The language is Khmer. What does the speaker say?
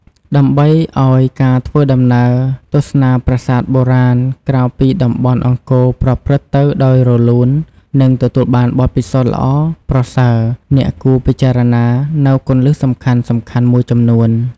ដើម្បីឲ្យការធ្វើដំណើរទស្សនាប្រាសាទបុរាណក្រៅពីតំបន់អង្គរប្រព្រឹត្តទៅដោយរលូន និងទទួលបានបទពិសោធន៍ល្អប្រសើរ អ្នកគួរពិចារណានូវគន្លឹះសំខាន់ៗមួយចំនួន។